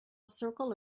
circle